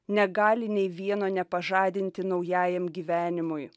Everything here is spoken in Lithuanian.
negali nei vieno nepažadinti naujajam gyvenimui